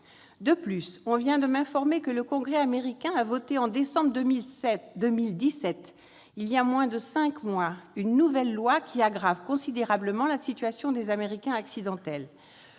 De plus, on vient de m'informer que le Congrès américain a voté en décembre 2017, il y a donc moins de cinq mois, une nouvelle loi qui aggrave considérablement la situation des « Américains accidentels »